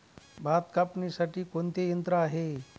भात कापणीसाठी कोणते यंत्र आहे?